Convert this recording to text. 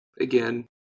again